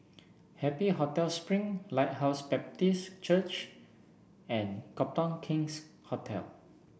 Happy Hotel Spring Lighthouse Baptist Church and Copthorne King's Hotel